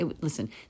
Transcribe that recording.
Listen